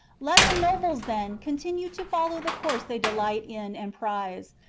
let the nobles, then, continue to follow the course they delight in and prize